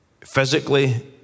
physically